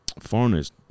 foreigners